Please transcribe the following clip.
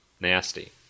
Nasty